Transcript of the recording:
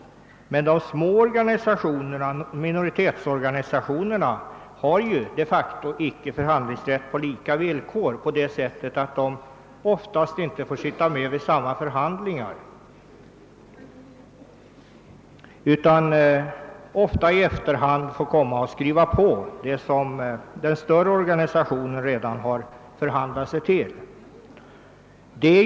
De små organisationerna — minoritetsorganisationerna — har de facto icke förhandlingsrätt på lika villkor, därigenom att de oftast inte får sitta med vid samma förhandlingar som de större, utan många gånger i efterhand måste skriva på vad den större organisationen redan har förhandlat sig till.